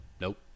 nope